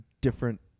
different